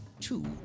Two